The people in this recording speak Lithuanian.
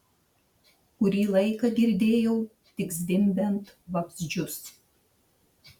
kurį laiką girdėjau tik zvimbiant vabzdžius